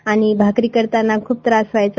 आणि भाकरी करतांना ख्प त्रास व्हायचा